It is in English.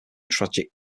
tragic